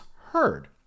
heard